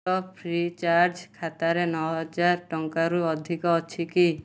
ମୋର ଫ୍ରିଚାର୍ଜ୍ ଖାତାରେ ନଅ ହଜାର ଟଙ୍କାରୁ ଅଧିକ ଅଛି କି